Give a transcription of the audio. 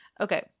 Okay